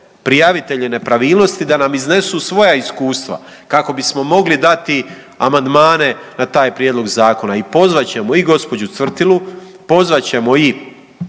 prijavitelje nepravilnosti da nam iznesu svoja iskustva kako bismo mogli dati amandmane na taj prijedlog zakona. I pozvat ćemo i gospođu Cvrtilu, pozvat ćemo i